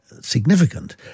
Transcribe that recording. significant